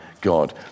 God